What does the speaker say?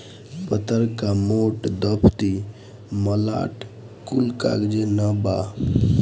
पतर्का, मोट, दफ्ती, मलाट कुल कागजे नअ बाअ